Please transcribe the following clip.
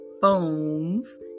phones